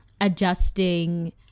adjusting